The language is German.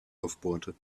aufbohrte